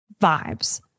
vibes